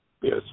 Yes